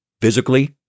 physically